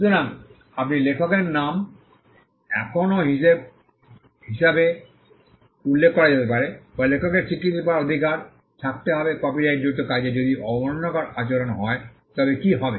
সুতরাং আপনি লেখকের নাম এখনও হিসাবে উল্লেখ করা যেতে পারে বা লেখকের স্বীকৃতি পাওয়ার অধিকার থাকতে হবে কপিরাইটযুক্ত কাজের যদি অবমাননাকর আচরণ হয় তবে কী হবে